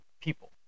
People